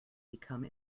become